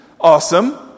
Awesome